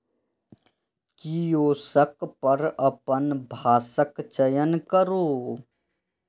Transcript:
kiosk पर अपन भाषाक चयन करू